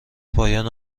پایان